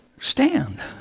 stand